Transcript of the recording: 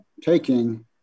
taking